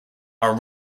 are